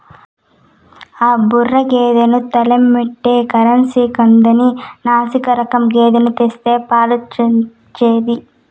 ఆ ముర్రా గేదెను తెమ్మంటే కర్సెందుకని నాశిరకం గేదెను తెస్తే పాలెట్టొచ్చేది